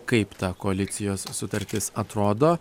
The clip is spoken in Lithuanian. kaip ta koalicijos sutartis atrodo